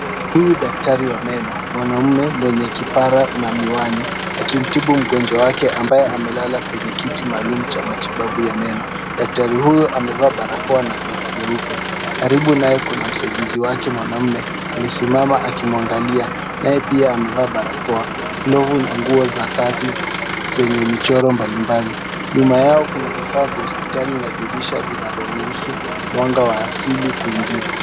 Huyu daktari wa meno mwanaume mwenye kipara na miwani akimtibu mgonjwa wake ambaye amelala kwenye kiti maalum cha matibabu ya meno. Daktari huyu amevaa barakoa na glovu nyeupe. Karibu naye kuna msaidizi wake mwanaume. Amesimama akimwangalia. Naye pia amevaa barakoa na nguo za kazi zenye michoro mbalimbali. Nyuma yao kuna vifaa vya hospitali na dirisha linaloruhusu mwanga wa asili kuingia.